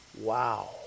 Wow